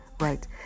right